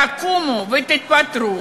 תקומו ותתפטרו,